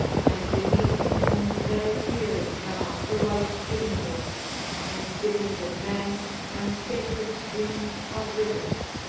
and beneath him there appeared now the life-giving earth and cities of men and sacred streams of rivers,